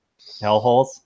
hellholes